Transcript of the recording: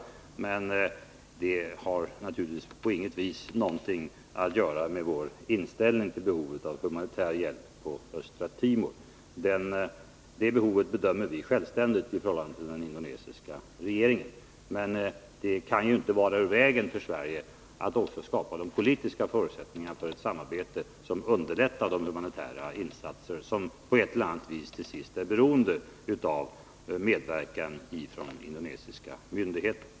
Men det har naturligtvis inget att göra med vår inställning till behovet av humanitär hjälp på Östra Timor. Det behovet bedömer vi självständigt i förhållande till den indonesiska regeringen. Men det kan inte vara ur vägen för Sverige att också skapa de politiska förutsättningarna för ett samarbete som underlättar de humanitära insatser som på ett eller annat vis till sist är beroende av medverkan från indonesiska myndigheter.